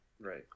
Right